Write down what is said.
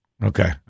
Okay